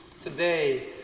today